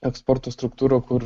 eksporto struktūrą kur